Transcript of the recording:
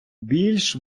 більш